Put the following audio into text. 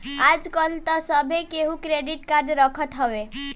आजकल तअ सभे केहू क्रेडिट कार्ड रखत हवे